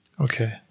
Okay